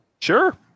Sure